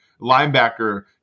linebacker